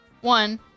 One